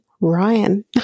Ryan